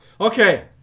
okay